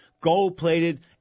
gold-plated